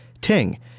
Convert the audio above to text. Ting